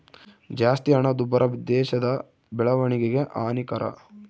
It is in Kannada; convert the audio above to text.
ಜಾಸ್ತಿ ಹಣದುಬ್ಬರ ದೇಶದ ಬೆಳವಣಿಗೆಗೆ ಹಾನಿಕರ